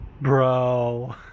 Bro